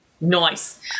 Nice